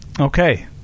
Okay